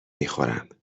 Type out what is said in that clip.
میخورم